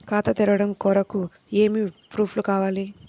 ఖాతా తెరవడం కొరకు ఏమి ప్రూఫ్లు కావాలి?